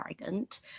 arrogant